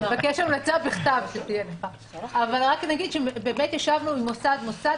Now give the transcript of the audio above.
אני רק אגיד שבאמת ישבנו עם מוסד-מוסד.